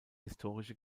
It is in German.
historische